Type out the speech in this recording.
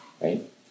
right